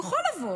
הוא יכול לבוא,